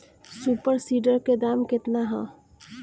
Super seeder के दाम केतना ह?